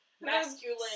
masculine